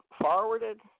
forwarded